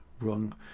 wrong